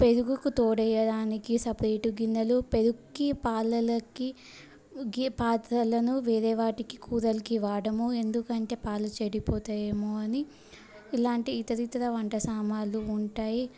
పెరుగుకు తోడు వేయడానికి సపరేటు గిన్నెలు పెరుగుకు పాలకి గీ పాత్రలను వేరే వాటికి కూరలకు వాడము ఎందుకంటే పాలు చెడిపోతాయేమో అని ఇలాంటి ఇతరితర వంట సామానులు ఉంటాయి